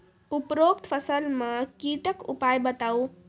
उपरोक्त फसल मे कीटक उपाय बताऊ?